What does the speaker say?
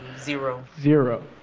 zero. zero.